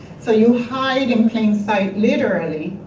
so you hide in plain sight, literally,